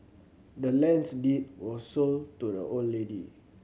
the land's deed was sold to the old lady